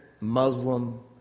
Muslim